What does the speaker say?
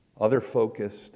other-focused